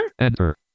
Enter